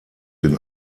den